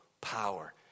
power